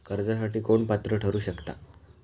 कर्जासाठी कोण पात्र ठरु शकता?